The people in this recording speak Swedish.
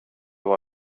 var